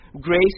grace